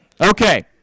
Okay